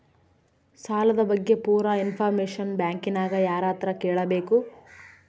ಸಾಲದ ಬಗ್ಗೆ ಪೂರ ಇಂಫಾರ್ಮೇಷನ ಬ್ಯಾಂಕಿನ್ಯಾಗ ಯಾರತ್ರ ಕೇಳಬೇಕು?